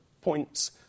points